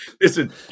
Listen